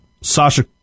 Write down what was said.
Sasha